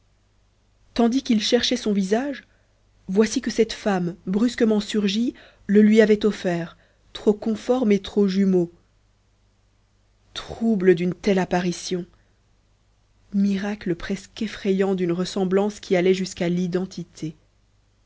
tandis qu'il cherchait son visage voici que cette femme brusquement surgie le lui avait offert trop conforme et trop jumeau trouble d'une telle apparition miracle presque effrayant d'une ressemblance qui allait jusqu'à l'identité